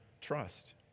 trust